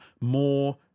more